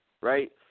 Right